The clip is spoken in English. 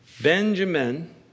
Benjamin